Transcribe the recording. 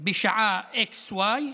בשעה x, y,